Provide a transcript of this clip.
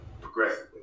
progressively